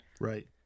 Right